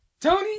Tony